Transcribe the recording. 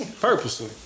Purposely